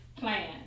plan